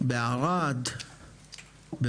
וגם בערד ועומר.